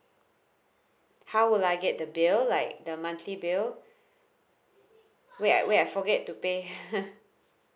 how would I get the bill like the monthly bill wait wait I forget to pay